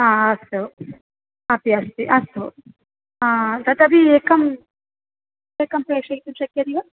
आ अस्तु अपि अस्ति अस्तु तदपि एकम् एकं प्रेषयितुं शक्यते वा